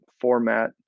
format